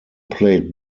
played